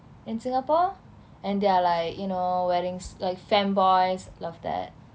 in singapore and they're like you know wearing like fem boys love that